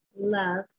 love